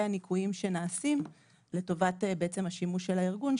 הניכויים שנעשים לטובת השימוש של הארגון,